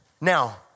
Now